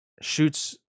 shoots